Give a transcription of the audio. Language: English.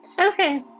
Okay